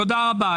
תודה רבה.